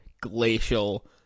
Glacial